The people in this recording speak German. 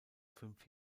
fünf